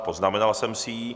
Poznamenal jsem si ji.